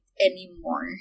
anymore